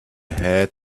had